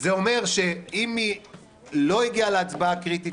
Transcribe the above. זה אומר שאם היא לא הגיעה להצבעה קריטית